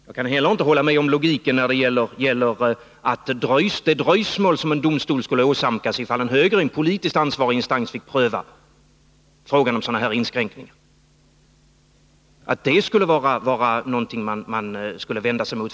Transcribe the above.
Jag kan inte heller finna någon logik i påståendet att det dröjsmål som Säkerhetskontroll domstolen åsamkas, om en politiskt ansvarig instans får pröva frågan om — vid domstolsförsäkerhetskontroll, kan vara något som man har anledning att vända sig emot.